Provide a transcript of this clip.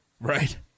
right